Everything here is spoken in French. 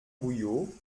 bouillot